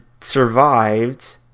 survived